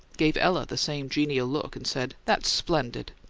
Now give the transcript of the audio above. gave ella the same genial look, and said, that's splendid!